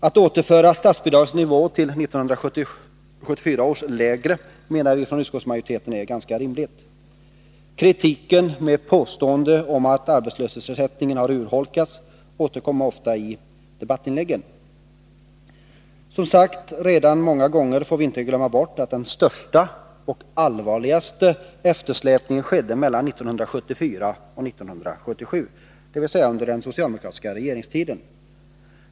Att återföra statsbidragets nivå till 1974 års läge menar vi från utskottsmajoriteten är ganska rimligt. Kritiken med påstående om att arbetslöshetsersättningen har urholkats återkommer ofta i debattinläggen. Som sagts redan många gånger, får vi inte glömma bort att den största och allvarligaste eftersläpningen skedde mellan 1974 och 1977, dvs. under den socialdemokratiska regeringstiden.